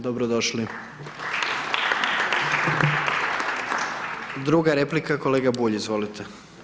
Dobrodošli. Druga replika, kolega Bulj, izvolite.